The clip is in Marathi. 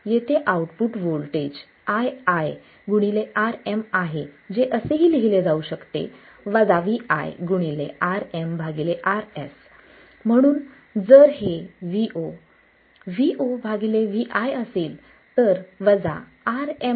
येथे आउटपुट व्होल्टेज ii Rm आहे जे असेही लिहिले जाऊ शकते Vi Rm Rs म्हणून जर हे Vo Vo Vi असेल तर Rm Rs